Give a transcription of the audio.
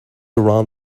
around